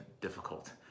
difficult